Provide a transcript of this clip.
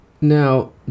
Now